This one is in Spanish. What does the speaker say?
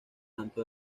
tanto